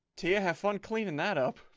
thea have fun cleaning that up.